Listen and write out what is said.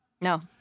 No